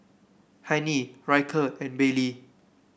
Hennie Ryker and Baylie